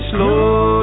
Slow